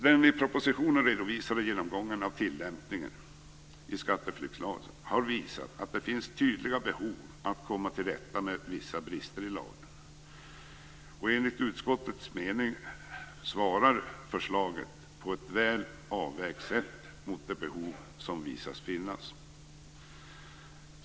Den i propositionen redovisade genomgången av tillämpningen i skatteflyktslagen har visat att det finns tydliga behov av att komma till rätta med vissa brister i lagen. Enligt utskottets mening svarar förslaget på ett väl avvägt sätt mot de behov som visat sig finnas.